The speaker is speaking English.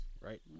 Right